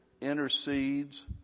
intercedes